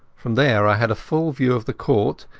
from there i had a full view of the court,